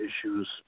issues